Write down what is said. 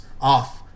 off